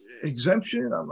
Exemption